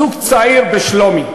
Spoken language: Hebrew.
זוג צעיר בשלומי,